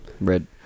Red